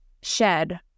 shed